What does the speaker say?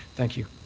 thank you.